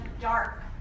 dark